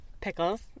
Pickles